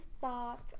thoughts